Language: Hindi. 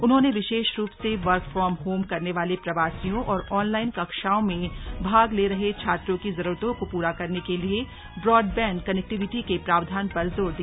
उन्होंने विशेष रूप से वर्क फ्रॉम होम करने वाले प्रवासियों औऱ ऑनलाइन कक्षाओं में भाग ले रहे छात्रों की जरूरतों को पूरा करने के लिए ब्रॉडबैंड कनेक्टिविटी के प्रावधान पर जोर दिया